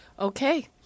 Okay